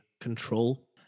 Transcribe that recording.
control